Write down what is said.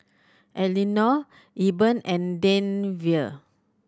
Elinore Eben and Denver